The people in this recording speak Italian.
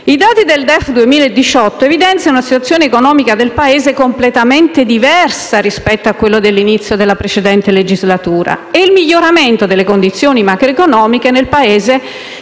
I dati del DEF 2018 evidenziano una situazione economica del Paese completamente diversa rispetto a quella dell'inizio della precedente legislatura e il miglioramento delle condizioni macroeconomiche nel Paese